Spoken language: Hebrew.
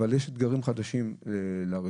אבל יש אתגרים חדשים לרשות.